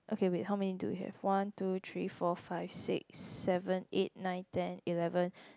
okay wait how many do you have one two three four five six seven eight nine ten eleven